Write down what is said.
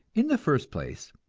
in the first place,